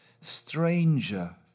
stranger